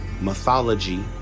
mythology